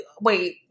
wait